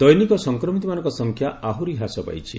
ଦୈନିକ ସଂକ୍ରମିତମାନଙ୍କ ସଂଖ୍ୟା ଆହରି ହ୍ରାସ ପାଇଛି